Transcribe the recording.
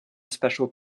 special